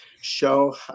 show